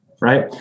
right